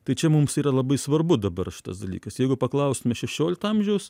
tai čia mums yra labai svarbu dabar šitas dalykas jeigu paklaustume šešiolikto amžiaus